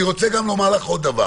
אני רוצה גם לומר לך עוד דבר